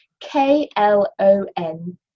K-L-O-N